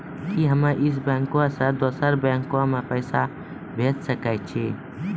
कि हम्मे इस बैंक सें दोसर बैंक मे पैसा भेज सकै छी?